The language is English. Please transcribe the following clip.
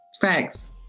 thanks